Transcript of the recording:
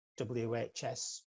WHS